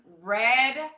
red